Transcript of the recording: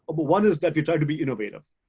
but one is that you're trying to be innovative.